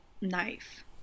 knife